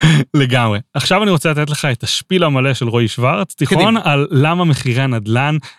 לגמרי עכשיו אני רוצה לתת לך את השפילה המלא של רואי שוורץ תיכון על למה מחירי הנדלן.